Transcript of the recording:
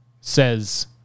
says